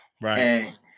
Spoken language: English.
right